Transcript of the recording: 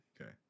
Okay